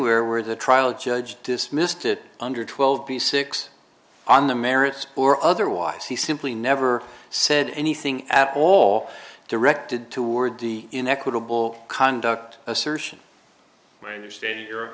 anywhere where the trial judge dismissed it under twelve p six on the merits or otherwise he simply never said anything at all directed toward the inequitable conduct assertion my understanding your